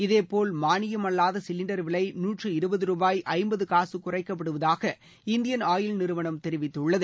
இதே போல் மானியம் அல்வாத சிலின்டர் விலை நாற்று இருபது ருபாய் ஐம்பது காசு குறைக்கப்படுவதாக இந்தியன் ஆயில் நிறுவனம் தெரிவித்துள்ளது